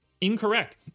incorrect